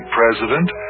president